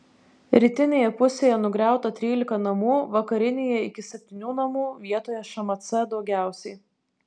rytinėje pusėje nugriauta trylika namų vakarinėje iki septynių namų vietoje šmc daugiausiai